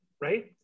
right